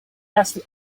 asked